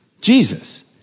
Jesus